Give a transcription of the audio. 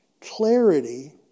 clarity